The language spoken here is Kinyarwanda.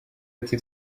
ati